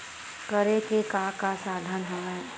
करे के का का साधन हवय?